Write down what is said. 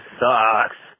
sucks